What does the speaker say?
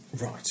Right